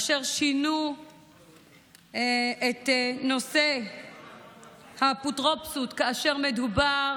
אשר שינו את נושא האפוטרופסות כאשר מדובר